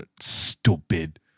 Stupid